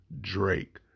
Drake